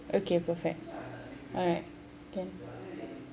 okay perfect alright can